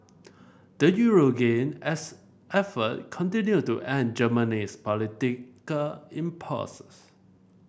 the euro gained as effort continued to end Germany's political impasses